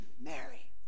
Mary